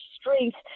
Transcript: strength